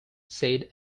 said